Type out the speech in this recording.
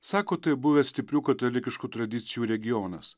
sako tai buvęs stiprių katalikiškų tradicijų regionas